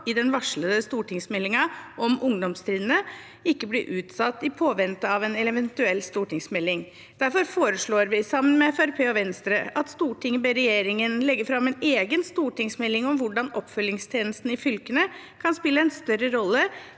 i den varslede stortingsmeldingen om ungdomstrinnet, ikke bli utsatt i påvente av en eventuell stortingsmelding. Derfor foreslår vi, sammen med Fremskrittspartiet og Venstre: «Stortinget ber regjeringen legge fram en egen stortingsmelding om hvordan Oppfølgingstjenesten i fylkene kan spille en større rolle